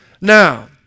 Now